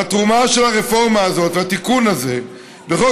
והתרומה של הרפורמה הזאת והתיקון הזה בחוק